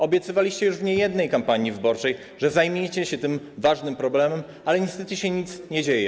Obiecywaliście już w niejednej kampanii wyborczej, że zajmiecie się tym ważnym problemem, ale niestety nic się nie dzieje.